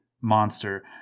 monster